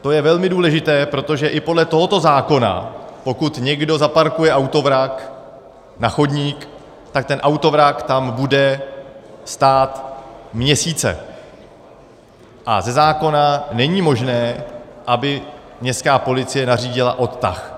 To je velmi důležité, protože i podle tohoto zákona, pokud někdo zaparkuje autovrak na chodník, tak ten autovrak tam bude stát měsíce a ze zákona není možné, aby městská policie nařídila odtah.